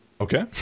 Okay